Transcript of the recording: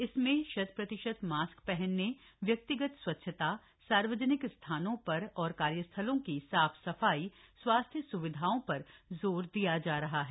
इसमें शत प्रतिशत मास्क पहनने व्यक्तिगत स्चच्छता सार्वजनिक स्थानों और कार्यस्थलों की साफ सफाई तथा स्वास्थ्य स्विधाओं पर जोर दिया जा रहा है